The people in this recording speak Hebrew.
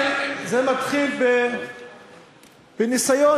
מתחיל בניסיון,